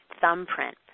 thumbprint